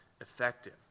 effective